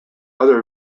other